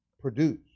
produce